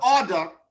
order